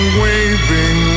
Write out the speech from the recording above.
waving